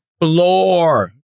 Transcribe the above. floor